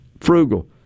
Frugal